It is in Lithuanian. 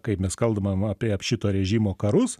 kai mes kalbam apie šito režimo karus